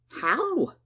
How